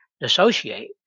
dissociate